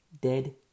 dead